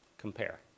compare